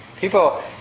People